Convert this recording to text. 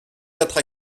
quatre